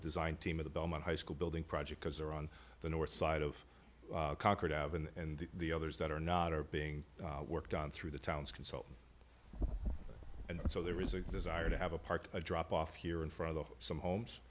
design team of the belmont high school building project because they're on the north side of concord out and the others that are not are being worked on through the town's consultant and so there is a desire to have a part drop off here in front of some homes